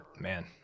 man